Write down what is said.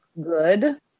good